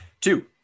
Two